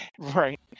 Right